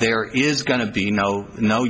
there is going to